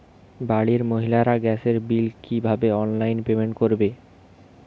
বাড়ির মহিলারা গ্যাসের বিল কি ভাবে অনলাইন পেমেন্ট করবে?